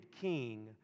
king